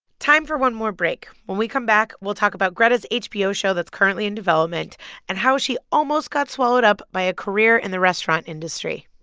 time for one more break. when we come back, we'll talk about greta's hbo show that's currently in development and how she almost got swallowed up by a career in the restaurant industry